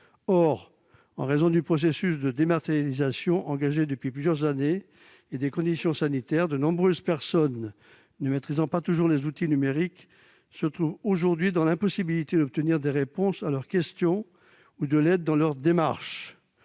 Or, en raison du processus de dématérialisation engagé depuis plusieurs années et des conditions sanitaires, de nombreuses personnes ne maîtrisant pas toujours les outils numériques se trouvent aujourd'hui dans l'impossibilité d'obtenir des réponses à leurs questions ou de l'aide dans leurs démarches.